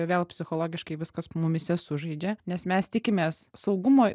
vėl psichologiškai viskas mumyse sužaidžia nes mes tikimės saugumo